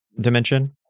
dimension